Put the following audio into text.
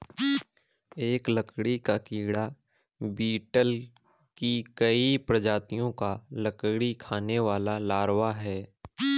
एक लकड़ी का कीड़ा बीटल की कई प्रजातियों का लकड़ी खाने वाला लार्वा है